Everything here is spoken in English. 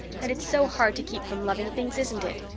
and it's so hard to keep from loving things, isn't it?